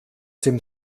den